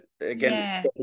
again